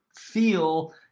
feel